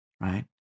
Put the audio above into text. right